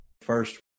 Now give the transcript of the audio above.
First